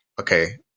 okay